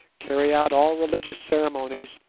carry out all religious ceremonies,